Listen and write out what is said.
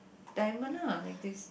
diamond ah like this